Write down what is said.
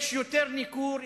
יש יותר ניכור,